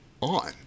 on